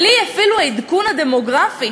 בלי העדכון הדמוגרפי